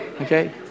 Okay